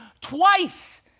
twice